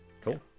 cool